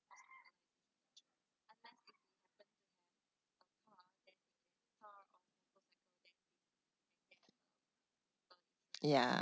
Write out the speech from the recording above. ya